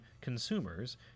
consumers